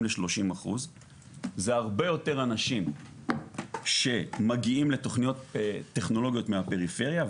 ל 30%. זה הרבה יותר אנשים שמגיעים לתוכניות טכנולוגיות מהפריפריה.